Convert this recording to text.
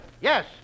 Yes